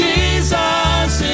Jesus